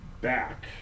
back